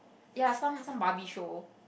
ya some some Barbie show